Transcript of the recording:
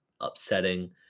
upsetting